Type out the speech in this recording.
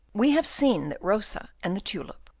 we have seen that rosa and the tulip,